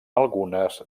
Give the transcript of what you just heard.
algunes